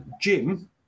Jim